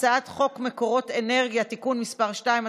הצעת חוק מקורות אנרגיה (תיקון מס' 2),